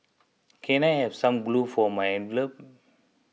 can I have some glue for my envelopes